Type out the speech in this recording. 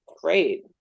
great